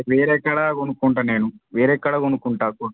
వేరే కాడ కొనుక్కుంటా నేను వేరే కాడ కొనుక్కుంటా కొ